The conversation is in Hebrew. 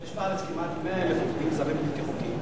יש בארץ כמעט 100,000 עובדים זרים בלתי חוקיים,